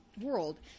world